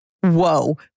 whoa